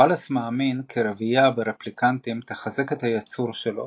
וואלאס מאמין כי רבייה ברפליקנטים תחזק את הייצור שלו